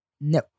No